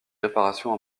réparations